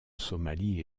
somalie